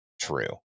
true